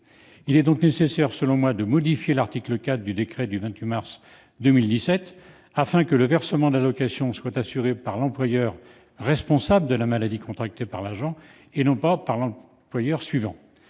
Il est donc nécessaire, selon moi, de modifier l'article 4 du décret du 28 mars 2017, afin que le versement de l'allocation soit assuré par l'employeur responsable de la maladie contractée par l'agent, et non par un employeur